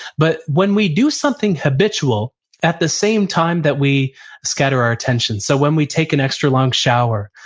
but when we do something habitual at the same time that we scatter our attention, so when we take an extra long shower,